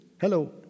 hello